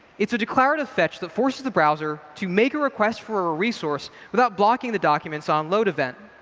it's a declarative fetch that forces the browser to make a request for a resource without blocking the document's onload event.